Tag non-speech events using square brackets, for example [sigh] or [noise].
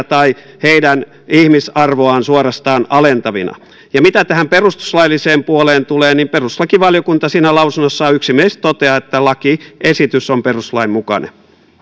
[unintelligible] tai heidän ihmisarvoaan suorastaan alentavina ja mitä tähän perustuslailliseen puoleen tulee niin perustuslakivaliokunta siinä lausunnossaan yksimielisesti toteaa että lakiesitys on perustuslain mukainen